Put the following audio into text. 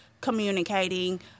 communicating